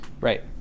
Right